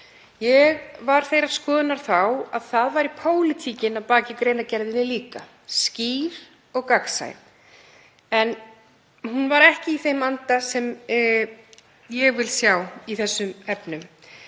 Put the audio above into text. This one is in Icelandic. Ég var þeirrar skoðunar þá að það væri pólitíkin að baki greinargerðinni líka, skýr og gagnsæ, en hún var ekki í þeim anda sem ég vil sjá í þessum efnum.